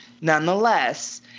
Nonetheless